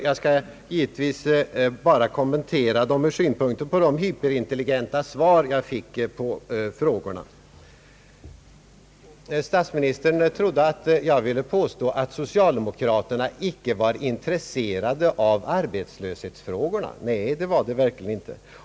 Jag skall givetvis bara uppehålla mig vid dem med hänsyn till de hyperintelligenta svar jag fick på dessa frågor. Statsministern trodde att jag ville påstå att socialdemokraterna inte är intresserade av arbetslöshetsfrågorna. Nej, det har jag aldrig sagt.